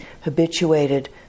habituated